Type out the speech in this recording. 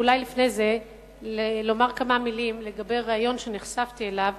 אולי לפני זה אומר כמה מלים לגבי ריאיון שנחשפתי אליו